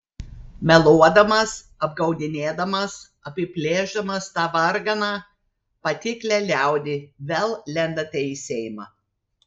meluodamas apgaudinėdamas apiplėšdamas tą varganą patiklią liaudį vėl lendate į seimą